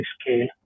scale